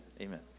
amen